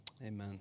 Amen